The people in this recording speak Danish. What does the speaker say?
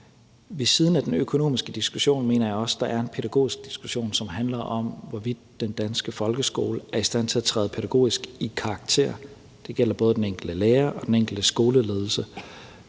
Ved siden af den økonomiske diskussion mener jeg også, at der er en pædagogisk diskussion, som handler om, hvorvidt den danske folkeskole er i stand til at træde pædagogisk i karakter – det gælder både den enkelte lærer og den enkelte skoleledelse